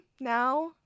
now